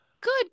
good